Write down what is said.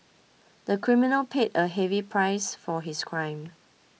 the criminal paid a heavy price for his crime